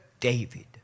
David